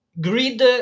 Greed